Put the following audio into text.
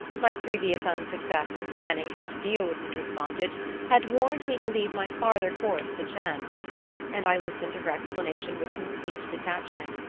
my previous unsuccess in planning how to deal with mrs. fontage had warned me to leave my farther course to chance and i listened to her explanation with complete detachment.